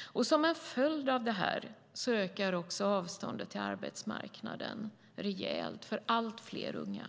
Och som en följd av detta ökar avståndet till arbetsmarknaden rejält för allt fler unga.